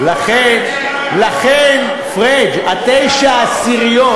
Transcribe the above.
לכן תשע עשיריות,